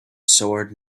sword